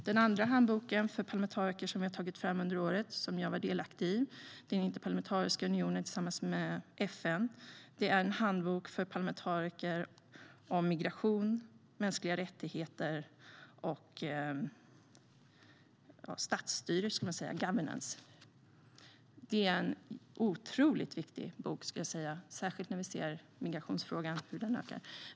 Den andra handbok för parlamentariker som vi från Interparlamentariska unionen tillsammans med FN har tagit fram under året och som jag varit delaktig i är en handbok för parlamentariker om migration, mänskliga rättigheter och statsstyre, governance. Det är en otroligt viktig bok, särskilt när vi ser hur migrationen ökar.